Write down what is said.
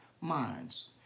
minds